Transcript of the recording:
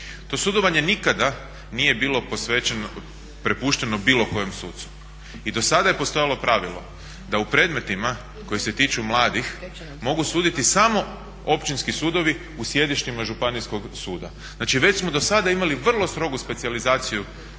To sudovanje nikada nije bilo posvećeno, prepušteno bilo kojem sucu. I do sada je postojalo pravilo da u predmetima koji se tiču mladih mogu suditi samo općinski sudovi u sjedištima županijskog suda. Znači već smo do sada imali vrlo strogu specijalizaciju